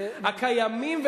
הקיימים,